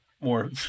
more